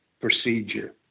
procedure